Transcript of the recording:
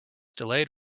delayed